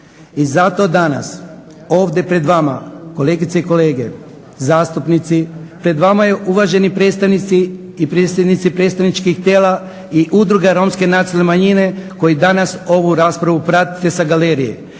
I zato danas ovdje pred vama kolegice i kolege zastupnici, pred vama je uvaženi predstavnici i predsjednici predstavničkih tijela i udruge Romske nacionalne manjine koji danas ovu raspravu pratite sa galerije